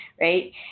right